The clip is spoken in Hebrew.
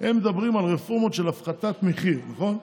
הם מדברים על רפורמות של הפחתת מחיר, נכון?